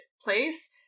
place